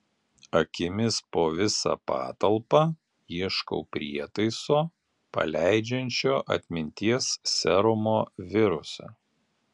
akimis po visą patalpą ieškau prietaiso paleidžiančio atminties serumo virusą